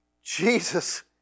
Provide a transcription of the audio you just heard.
Jesus